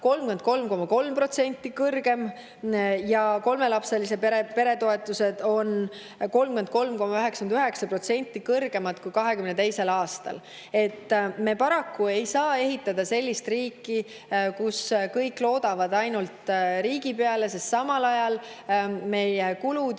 33,3% kõrgem ja kolmelapselise pere toetused on 33,99% kõrgemad kui 2022. aastal.Me paraku ei saa ehitada sellist riiki, kus kõik loodavad ainult riigi peale, kui samal ajal meie kulud